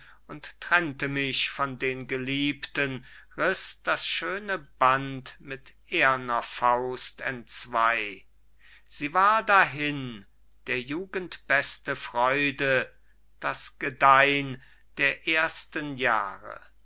und trennte mich von den geliebten riß das schöne band mit ehrner faust entzwei sie war dahin der jugend beste freude das gedeihn der ersten jahre